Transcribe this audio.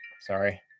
Sorry